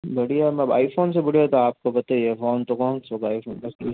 बढ़िया mobile iPhone से बढ़िया तो आपको पता ही है फोन तो फोन उसमें आईफोन मस्त है